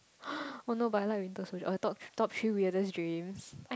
oh no but I like winter soldier oh top top three wierdest dreams